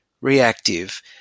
reactive